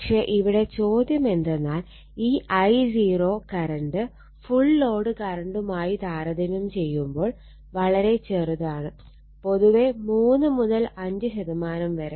പക്ഷെ ഇവിടെ ചോദ്യമെന്തെന്നാൽ ഈ I0 കറണ്ട് ഫുൾ ലോഡ് കറണ്ടുമായി താരതമ്യം ചെയ്യുമ്പോൾ വളരെ ചെറുതാണ് പൊതുവേ 3 മുതൽ 5 വരെ